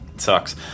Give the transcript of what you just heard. sucks